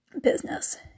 business